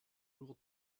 lourdes